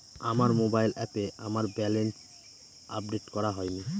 আমার মোবাইল অ্যাপে আমার ব্যালেন্স আপডেট করা হয়নি